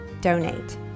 donate